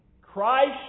Christ